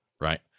right